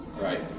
right